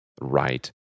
right